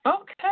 Okay